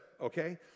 okay